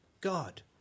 God